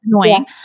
Annoying